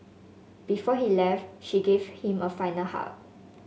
before he left she gave him a final hug